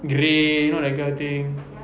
grey you know that kind of thing